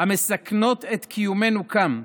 המסכנות את קיומנו כאן,